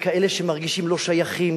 וכאלה שמרגישים לא שייכים,